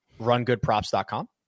RunGoodProps.com